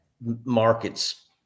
markets